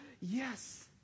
Yes